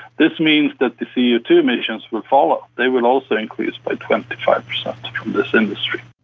this means that the c o two emissions will follow, they will also increase by twenty five percent from this industry.